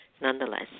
Nonetheless